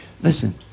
Listen